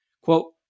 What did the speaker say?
Quote